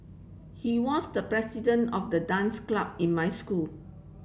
he was the president of the dance club in my school